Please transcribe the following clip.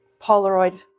Polaroid